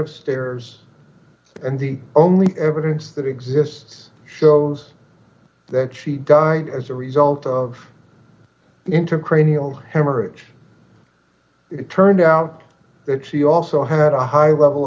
of stairs and the only evidence that exists shows that she died as a result of intercranial hemorrhage it turned out that she also had a high level